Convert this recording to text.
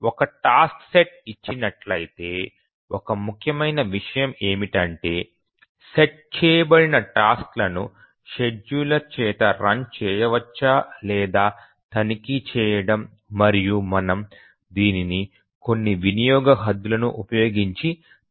ఒక task set ఇచ్చినట్లయితే ఒక ముఖ్యమైన విషయం ఏమిటంటే సెట్ చేయబడిన టాస్క్ లను షెడ్యూలర్ చేత రన్ చేయవచ్చో లేదో తనిఖీ చేయడం మరియు మనము దీనిని కొన్ని వినియోగ హద్దులను ఉపయోగించి తనిఖీ చేసాము